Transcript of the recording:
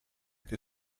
che